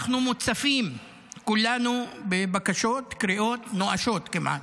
אנחנו מוצפים כולנו בבקשות וקריאות נואשות כמעט.